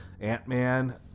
Ant-Man